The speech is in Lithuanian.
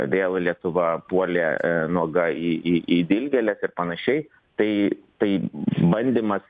vėl lietuva puolė nuoga į į į dilgėles ir panašiai tai tai bandymas